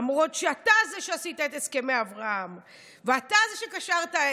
למרות שאתה זה שעשית את הסכמי אברהם ואתה זה שגזרת,